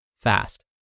fast